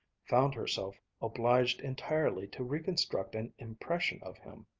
found herself obliged entirely to reconstruct an impression of him.